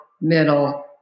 middle